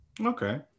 Okay